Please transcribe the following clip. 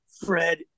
Fred